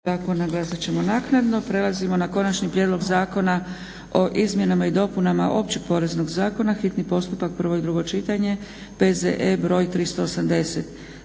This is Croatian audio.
Dragica (SDP)** Prelazimo na - Konačni prijedlog zakona o izmjenama i dopunama Općeg poreznog zakona, hitni postupak, prvo i drugo čitanje, P.Z.E. br. 380.